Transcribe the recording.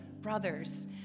brothers